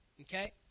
okay